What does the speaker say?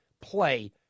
play